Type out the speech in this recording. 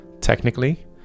Technically